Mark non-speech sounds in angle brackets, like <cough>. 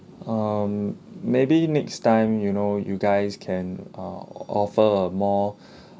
um maybe next time you know you guys can uh offer a more <breath>